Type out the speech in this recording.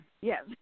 Yes